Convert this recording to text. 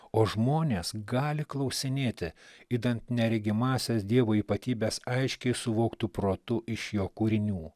o žmonės gali klausinėti idant neregimąsias dievo ypatybes aiškiai suvoktų protu iš jo kūrinių